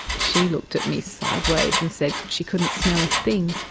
she looked at me sideways and said she couldn't smell a thing.